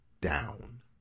down